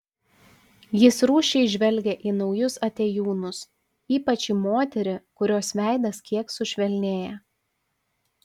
jis rūsčiai žvelgia į naujus atėjūnus ypač į moterį kurios veidas kiek sušvelnėja